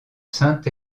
saint